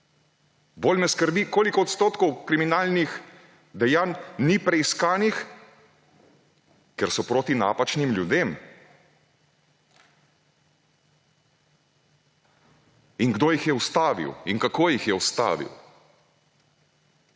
Bolj me skrbi, koliko odstotkov kriminalnih dejanj ni preiskanih, ker so proti napačnim ljudem; in kdo jih ustavil in kako jih je ustavil.